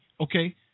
okay